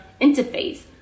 interface